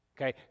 Okay